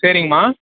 சரிங்கம்மா